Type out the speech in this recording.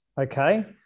okay